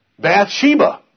Bathsheba